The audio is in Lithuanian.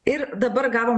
ir dabar gavom